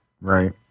Right